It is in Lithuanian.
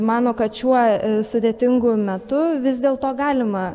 mano kad šiuo sudėtingu metu vis dėlto galima